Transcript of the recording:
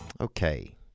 Okay